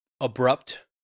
abrupt